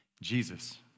Jesus